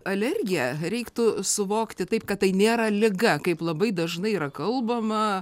alergiją reiktų suvokti taip kad tai nėra liga kaip labai dažnai yra kalbama